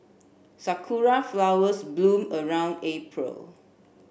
sakura flowers bloom around April